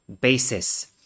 basis